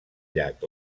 llac